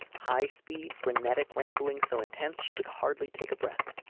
high speed frenetic rambling so intense she could hardly take a breath.